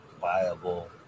viable